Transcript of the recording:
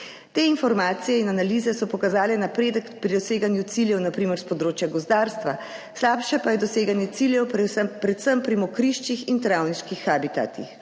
Te informacije in analize so pokazale napredek pri doseganju ciljev, na primer s področja gozdarstva, slabše pa je doseganje ciljev predvsem pri mokriščih in travniških habitatih.